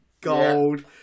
Gold